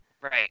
Right